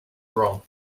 wrong